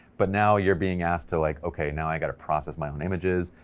but now you're being asked to like, okay, now i got to process my own images,